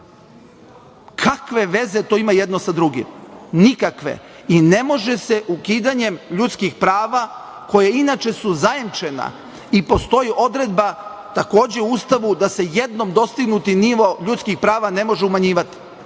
kakve veze to ima jedne sa drugim, nikakve i ne može se ukidanjem ljudskih prava koje inače su zajamčena i postoji odredba u Ustavu da se jednom dostignuti nivo ljudskih prava ne može umanjivati